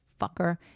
fucker